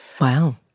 Wow